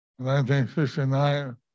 1969